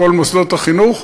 כל מוסדות החינוך,